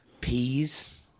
Peas